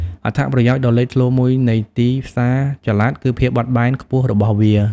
អត្ថប្រយោជន៍ដ៏លេចធ្លោមួយនៃទីផ្សារចល័តគឺភាពបត់បែនខ្ពស់របស់វា។